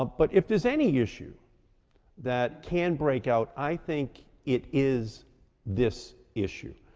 but if there's any issue that can break out, i think it is this issue.